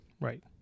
right